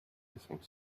hissing